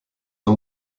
ans